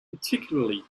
particularly